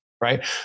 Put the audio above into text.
Right